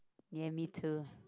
ya me too